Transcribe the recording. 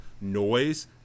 noise